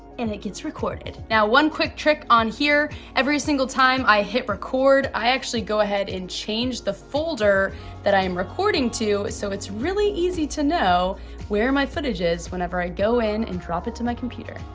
and it gets recorded. now one quick trick on here, every single time i hit record, i actually go ahead and change the folder that i'm recording to, so it's really easy to know where my footage is whenever i go in and drop it to my computer.